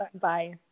Bye